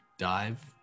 dive